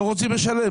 לא רוצים לשלם.